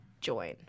join